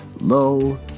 low